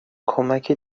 کمکی